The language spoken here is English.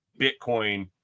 Bitcoin